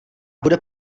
bude